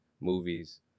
movies